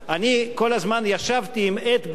אני כל הזמן ישבתי עם עט ביד,